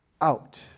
out